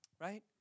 right